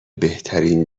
بهترین